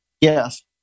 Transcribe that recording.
Yes